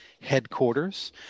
headquarters